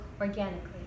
organically